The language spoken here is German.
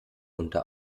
unter